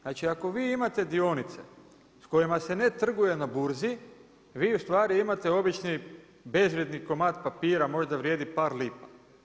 Znači ako vi imate dionice s kojima se ne trguje na burzi, vi ustvari imate obični bezvrijedni komad papira, možda vrijedi par lipa.